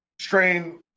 strain